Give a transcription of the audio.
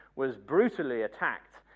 was brutally attacked,